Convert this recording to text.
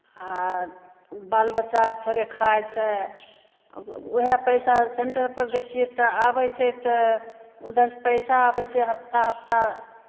आ बालबच्चा थोड़े खाइ छै उएह पैसा सेंटरपर दै छियै तऽ आबै छै तऽ उधरसँ पैसा आबै छै हफ्ता हफ्ता